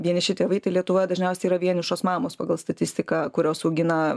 vieniši tėvai tai lietuvoje dažniausiai yra vienišos mamos pagal statistiką kurios augina